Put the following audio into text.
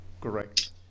Correct